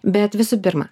bet visų pirma